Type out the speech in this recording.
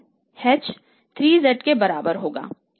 h 3z के बराबर होगा